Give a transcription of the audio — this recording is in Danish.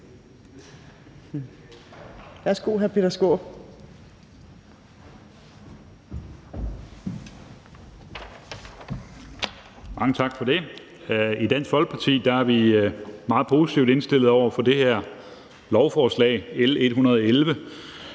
(Ordfører) Peter Skaarup (DF): Mange tak for det. I Dansk Folkeparti er vi meget positivt indstillet over for det her lovforslag nr.